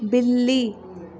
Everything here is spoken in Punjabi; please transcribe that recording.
ਬਿੱਲੀ